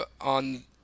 on